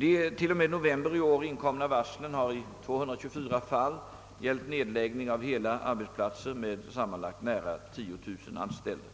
De t.o.m. november i år inkomna varslen har i 224 fall gällt nedläggning av hela arbetsplatser med sammanlagt nära 10 000 anställda.